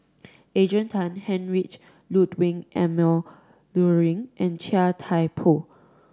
Adrian Tan Heinrich Ludwig Emil Luering and Chia Thye Poh